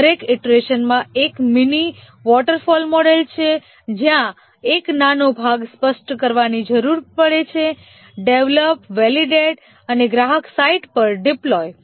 દરેક ઇટરેશનમાં એક મીની વોટરફોલ મોડલ છે જ્યાં એક નાનો ભાગ સ્પષ્ટ કરવાની જરૂર છે ડેવલપ વેલિડેટે અને ગ્રાહક સાઇટ પર ડિપ્લોય